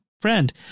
friend